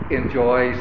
enjoy